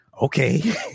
okay